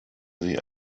sie